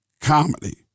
comedy